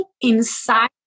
inside